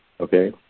Okay